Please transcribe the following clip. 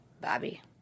bobby